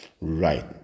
Right